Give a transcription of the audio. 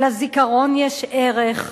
שלזיכרון יש ערך,